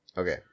Okay